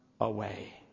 away